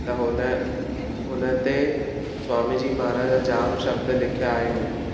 त हुन हुन ते स्वामी जी महाराज जामु शब्द लिखिया आहिनि